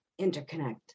interconnect